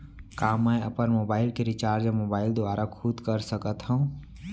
का मैं अपन मोबाइल के रिचार्ज मोबाइल दुवारा खुद कर सकत हव?